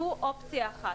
זו אופציה אחת.